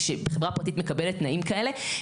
שחברה פרטית מקבלת תנאים כאלה.